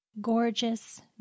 gorgeous